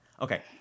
okay